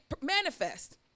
manifest